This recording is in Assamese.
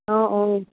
অঁ অঁ